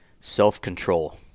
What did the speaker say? self-control